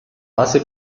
pase